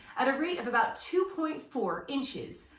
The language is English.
at a rate of about two point four inches,